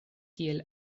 kiel